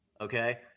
okay